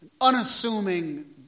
unassuming